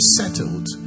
settled